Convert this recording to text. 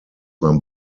man